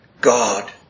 God